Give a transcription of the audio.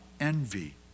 envy